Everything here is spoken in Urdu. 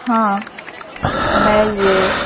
ہاں میں یہ